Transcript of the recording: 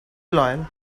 loyal